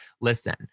Listen